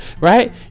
right